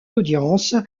audience